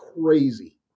crazy